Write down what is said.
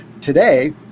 today